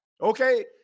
okay